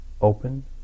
open